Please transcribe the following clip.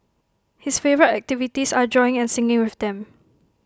his favourite activities are drawing and singing with them